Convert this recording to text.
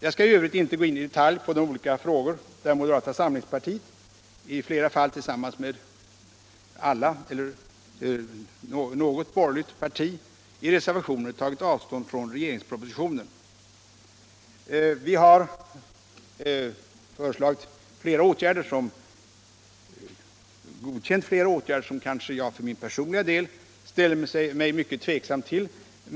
Jag skall i övrigt inte gå in i detalj på de olika frågor där moderata samlingspartiet — i flera fall tillsammans med de andra borgerliga partierna eller något av dem — tagit avstånd från regeringspropositionen. Vi har godkänt flera åtgärder som jag för min personliga del ställer mig tveksam till.